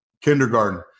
kindergarten